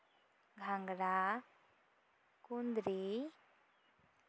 ᱜᱷᱟᱝᱜᱽᱨᱟ ᱠᱩᱱᱫᱽᱨᱤ